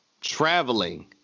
traveling